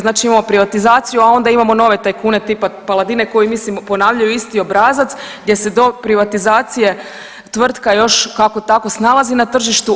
Znači imao privatizaciju, a onda imamo nove tajkune tipa Paladina koji mislim ponavljaju isti obrazac gdje do privatizacije tvrtka još kako tako snalazi na tržištu.